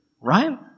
right